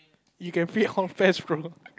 you can bro